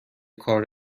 کار